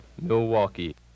Milwaukee